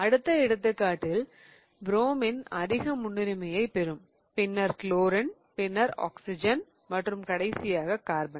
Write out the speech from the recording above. அடுத்த எடுத்துக்காட்டில் புரோமின் அதிக முன்னுரிமையைப் பெரும் பின்னர் குளோரின் பின்னர் ஆக்ஸிஜன் மற்றும் கடைசியாக கார்பன்